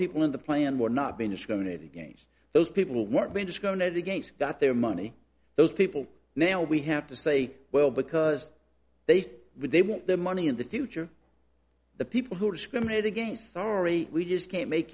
people in the plan were not being discriminated against those people weren't being discounted to gates got their money those people now we have to say well because they would they want their money in the future the people who are discriminated against sorry we just can't make